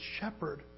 shepherd